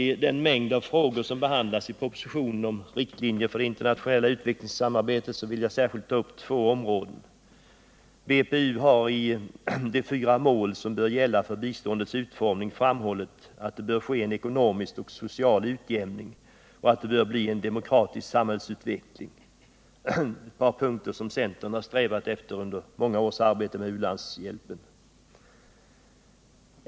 I den mängd av frågor som behandlas i propositionen om riktlinjer för det internationella utvecklingssamarbetet vill jag särskilt ta upp två områden. BPU har i de fyra mål som bör gälla för biståndets utformning framhållit att det bör ske en ekonomisk och social utjämning och att det bör bli en demokratisk samhällsutveckling, några punkter som centern har strävat efter under många års arbete med u-landshjälpen.